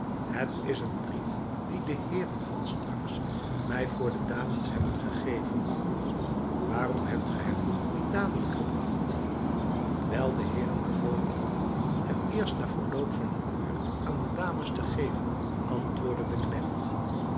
het is een brief dien de heeren van straks mij voor de dames hebben gegeven waarom hebt ge hem niet dadelijk gebracht wijl de heeren bevolen hadden hem eerst na verloop van een uur aan de dames te geven antwoordde de knecht